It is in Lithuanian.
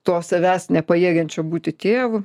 to savęs nepajėgiančio būti tėvu